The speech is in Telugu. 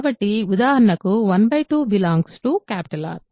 కాబట్టి ఉదాహరణకు 1 2 R